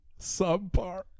subpar